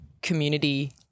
community